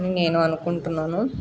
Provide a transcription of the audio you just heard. నేను అనుకుంటున్నాను